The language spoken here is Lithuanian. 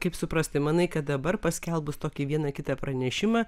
kaip suprasti manai kad dabar paskelbus tokį vieną kitą pranešimą